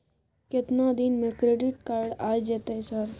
केतना दिन में क्रेडिट कार्ड आ जेतै सर?